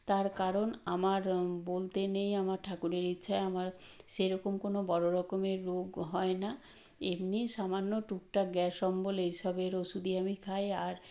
তার কারণ আমার বলতে নেই আমার ঠাকুরের ইচ্ছায় আমার সেরকম কোনো বড় রকমের রোগ হয় না এমনিই সামান্য টুকটাক গ্যাস অম্বল এই সবের ওষুধই আমি খাই আর